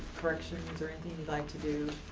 corrections or anything you'd like to do,